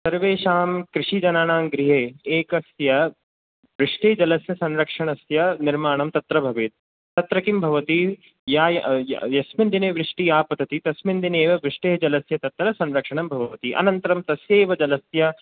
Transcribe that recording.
सर्वेषां कृषिजनानां गृहे एकस्य वृष्टिजलसंरक्षणस्य निर्माणं तत्र भवेत् तत्र किं भवति या या यस्मिन् दिने वृष्टिः आपतति तस्मिन् दिने एव वृष्टेः जलस्य तत्र संरक्षणं भवति अनन्तरं तस्यैव जलस्य